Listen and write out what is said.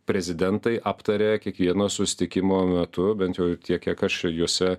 prezidentai aptarė kiekvieno susitikimo metu bent jau ir tiek kiek aš čia juose